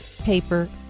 paper